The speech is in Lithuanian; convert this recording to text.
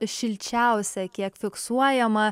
šilčiausia kiek fiksuojama